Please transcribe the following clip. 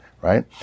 Right